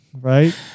right